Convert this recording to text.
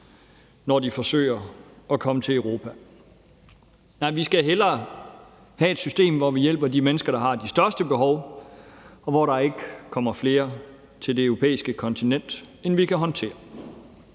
når de forsøger at komme til Europa. Vi skal hellere have et system, hvor vi hjælper de mennesker, der har det største behov, og hvor der ikke kommer flere til det europæiske kontinent, end vi kan håndtere.